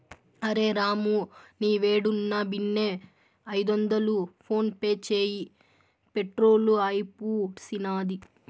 అరె రామూ, నీవేడున్నా బిన్నే ఐదొందలు ఫోన్పే చేయి, పెట్రోలు అయిపూడ్సినాది